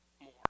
more